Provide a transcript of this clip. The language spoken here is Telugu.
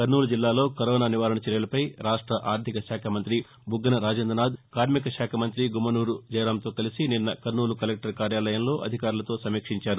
కర్నూలు జిల్లాలో కరోనా నివారణ చర్యలపై రాష్ట ఆర్ధిక శాఖ మంత్రి బుగ్గన రాజేంద్రనాథ్ కార్మిక శాఖ మంత్రి గుమ్మనూరు జయరాంతో కలిసి నిస్న కర్నూలు కలెక్టర్ కార్యాలయంలో అధికారులతో సమీక్షించారు